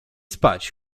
spać